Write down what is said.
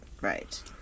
Right